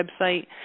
website